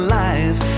life